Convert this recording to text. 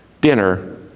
dinner